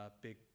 big